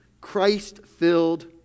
Christ-filled